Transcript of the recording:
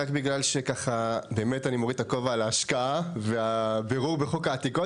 רק בגלל שאני באמת מוריד את הכובע על ההשקעה והבירור בחוק העתיקות,